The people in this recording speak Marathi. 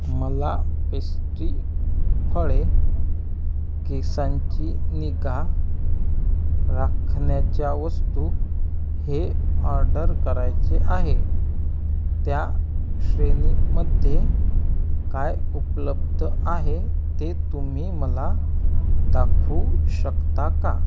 मला पेस्ट्री फळे केसांची निगा राखण्याच्या वस्तू हे ऑर्डर करायचे आहे त्या श्रेणीमध्ये काय उपलब्ध आहे ते तुम्ही मला दाखवू शकता का